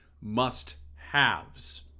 must-haves